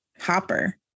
Hopper